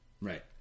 Right